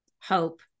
Hope